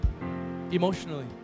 emotionally